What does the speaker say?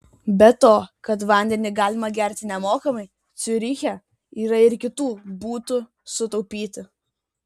be to kad vandenį galima gerti nemokamai ciuriche yra ir kitų būtų sutaupyti